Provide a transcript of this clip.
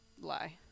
Lie